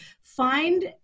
find